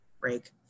break